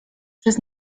przez